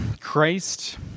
christ